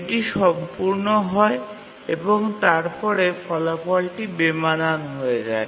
এটি সম্পূর্ণ হয় এবং তারপরে ফলাফলটি বেমানান হয়ে যায়